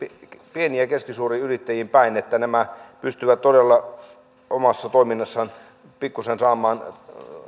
ja keskisuuriin yrittäjiin päin että nämä pystyvät todella omassa toiminnassaan saamaan pikkuisen